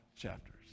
chapters